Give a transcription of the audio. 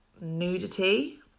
nudity